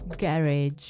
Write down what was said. garage